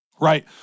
Right